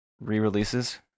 re-releases